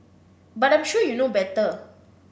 but I'm sure you know better